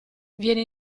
viene